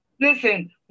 listen